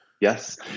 Yes